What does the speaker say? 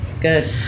good